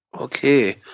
Okay